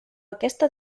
aquesta